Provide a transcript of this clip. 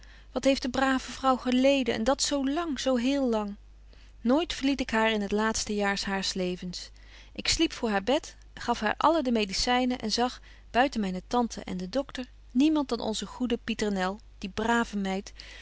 wat heeft de brave vrouw geleden en dat zo lang zo heel lang nooit verliet ik haar in het laatste jaar haars levens ik sliep voor haar bed gaf haar alle de medicynen en zag buiten myne tante en den docter niemand dan onze goede pieternel die brave meid